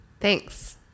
Thanks